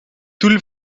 doel